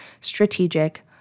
strategic